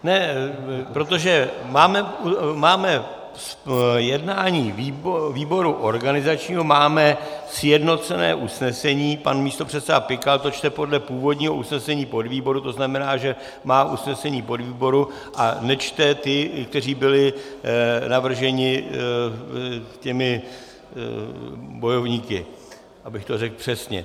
Ne, protože máme, máme jednání výboru organizačního, máme sjednocené usnesení, pan místopředseda Pikal to čte podle původního usnesení podvýboru, to znamená, že má usnesení podvýboru a nečte ty, kteří byli navrženi... těmi bojovníky, abych to řekl přesně.